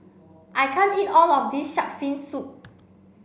I can't eat all of this shark's fin soup